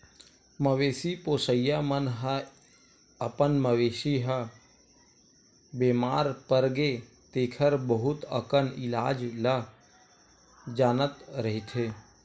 मवेशी पोसइया मन ह अपन मवेशी ह बेमार परगे तेखर बहुत अकन इलाज ल जानत रहिथे